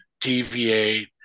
deviate